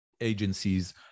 agencies